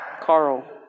Carl